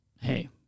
hey